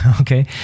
Okay